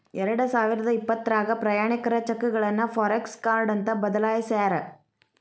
ಎರಡಸಾವಿರದ ಇಪ್ಪತ್ರಾಗ ಪ್ರಯಾಣಿಕರ ಚೆಕ್ಗಳನ್ನ ಫಾರೆಕ್ಸ ಕಾರ್ಡ್ ಅಂತ ಬದಲಾಯ್ಸ್ಯಾರ